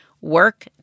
work